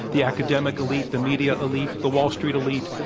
the academic elite, the media elite, the wall street elite,